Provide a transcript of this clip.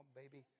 baby